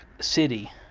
city